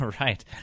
Right